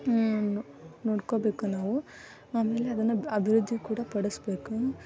ನೊ ನೋಡ್ಕೋಬೇಕು ನಾವು ಆಮೇಲೆ ಅದನ್ನು ಅಭಿವೃದ್ಧಿ ಕೂಡ ಪಡಿಸ್ಬೇಕು